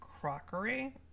crockery